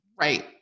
Right